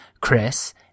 Chris